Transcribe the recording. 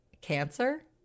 Cancer